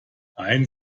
ein